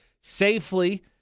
safely